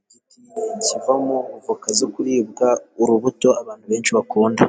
igiti kivamo avoka zo kuribwa, urubuto abantu benshi bakunda.